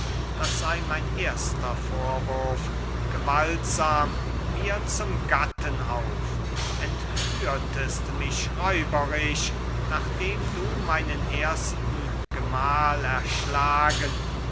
das sei mein erster vorwurf gewaltsam mir zum gatten auf entführtest mich räuberisch nachdem du meinen ersten gemahl erschlagen